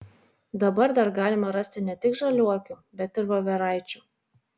dabar dar galima rasti ne tik žaliuokių bet ir voveraičių